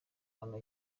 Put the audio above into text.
hano